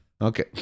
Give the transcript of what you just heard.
Okay